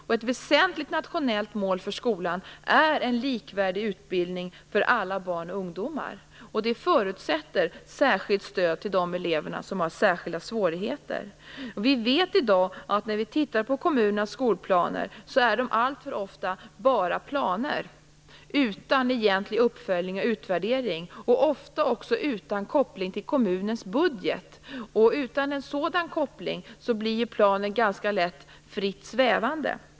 Ett väsentligt nationellt mål för skolan är en likvärdig utbildning för alla barn och ungdomar, och det förutsätter ett särskilt stöd till de elever som har särskilda svårigheter. Vi vet i dag att kommunernas skolplaner alltför ofta bara är planer, utan någon egentlig uppföljning och utvärdering. Ofta saknar de också koppling till kommunens budget, och utan en sådan koppling blir ju planen ganska fritt svävande.